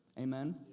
Amen